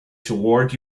toward